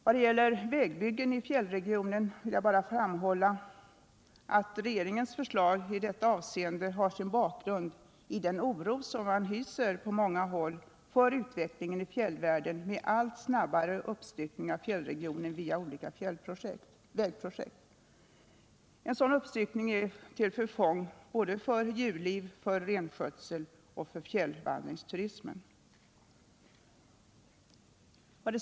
När det gäller vägbyggen i fjällregionen vill jag bara framhålla att regeringens förslag i detta avseende har sin bakgrund i den oro som man hyser på många håll för utvecklingen i fjällvärlden med den allt snabbare uppstyckningen av fjällregionen via olika vägprojekt. En sådan uppstyckning är till förfång för bl.a. djurliv, renskötsel och fjällvandringsturism.